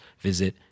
visit